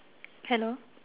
hello